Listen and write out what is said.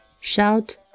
shout